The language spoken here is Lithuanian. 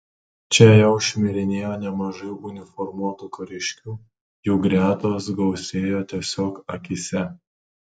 čia jau šmirinėjo nemažai uniformuotų kariškių jų gretos gausėjo tiesiog akyse